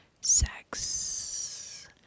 sex